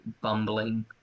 bumbling